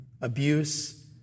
abuse